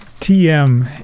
TM